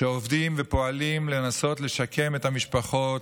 שעובדים ופועלים לנסות לשקם את המשפחות,